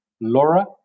Laura